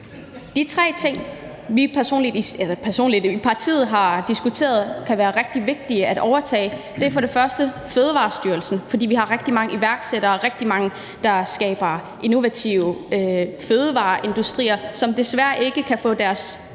De tre ting, som vi i partiet har diskuteret kan være rigtig vigtige at overtage, er for det første Fødevarestyrelsen, fordi vi har rigtig mange iværksættere, der skaber innovative fødevareindustrier, men som desværre ikke kan få deres